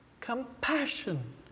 compassion